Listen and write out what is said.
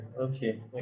Okay